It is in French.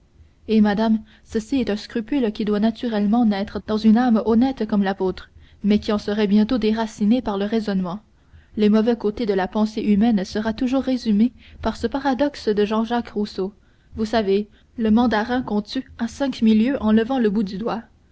eh madame ceci est un scrupule qui doit naturellement naître dans une âme honnête comme la vôtre mais qui en serait bientôt déraciné par le raisonnement le mauvais côté de la pensée humaine sera toujours résumé par ce paradoxe de jean-jacques rousseau vous savez le mandarin qu'on tue à cinq mille lieues en levant le bout du doigt